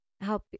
help